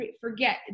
forget